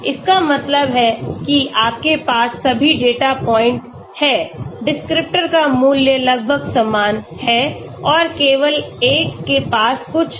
इसका मतलब है कि आपके पास सभी डेटा पॉइंट हैं डिस्क्रिप्टर का मूल्य लगभग समान है और केवल एक के पास कुछ अलग है